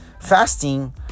fasting